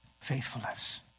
faithfulness